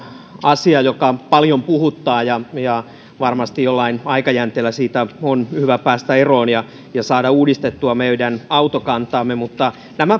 asia joka paljon puhuttaa ja ja varmasti jollain aikajänteellä siitä on hyvä päästä eroon ja ja saada uudistettua meidän autokantaamme mutta nämä